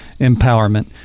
empowerment